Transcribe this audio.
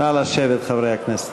נא לשבת, חברי הכנסת.